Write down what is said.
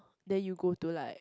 then you go to like